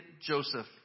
Joseph